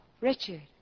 Richard